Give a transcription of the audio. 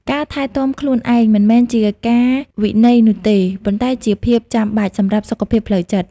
ការថែទាំខ្លួនឯងមិនមែនជាការវិន័យនោះទេ ប៉ុន្តែជាភាពចាំបាច់សម្រាប់សុខភាពផ្លូវចិត្ត។